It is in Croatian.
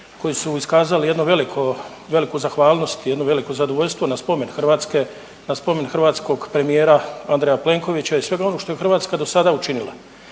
koji su iskazali jedno veliko, veliku zahvalnost, jedno veliko zadovoljstvo na spomen Hrvatske, na spomen hrvatskog premijera Andreja Plenkovića i svega onoga što je Hrvatska do sada učinila.